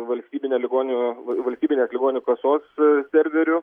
valstybine ligonių valstybinės ligonių kasos a serveriu